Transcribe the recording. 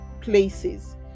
places